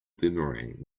boomerang